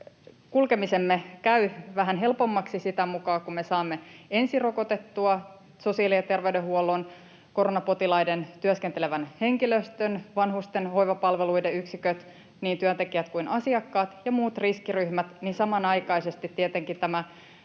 kulkemisemme käy vähän helpommaksi sitä mukaa kuin me saamme ensin rokotettua sosiaali- ja terveydenhuollon koronapotilaiden parissa työskentelevän henkilöstön, vanhusten hoivapalveluiden yksiköt, niin työntekijät kuin asiakkaat, ja muut riskiryhmät. Samanaikaisesti tietenkin tämä